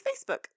Facebook